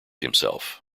himself